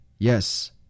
Yes